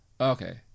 okay